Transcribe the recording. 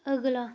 अगला